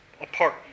apart